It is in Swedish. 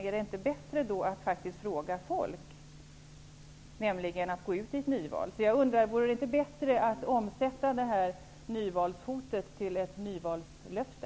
Är det inte bättre att fråga folket, att utlysa nyval? Vore det inte bättre att omsätta nyvalshotet till ett nyvalslöfte?